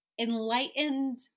enlightened